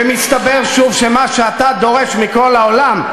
ומסתבר שוב שמה שאתה דורש מכל העולם,